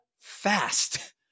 fast